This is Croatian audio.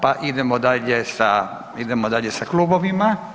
Pa idemo dalje sa, idemo dalje sa klubovima.